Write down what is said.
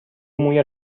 موی